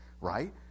right